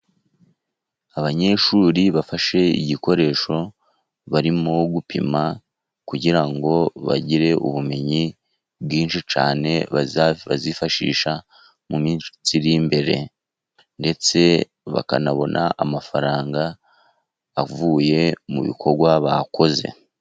Abanyeshuri bafashe igikoresho, barimo gupima kugira ngo bagire ubumenyi bwinshi cyane, bazifashisha mu minsi iri imbere, ndetse bakanabona amafaranga avuye mu bikorwa bakoze.